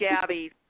gabby